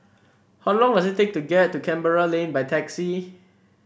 how long does it take to get to Canberra Lane by taxi